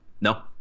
No